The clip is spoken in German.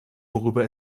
worüber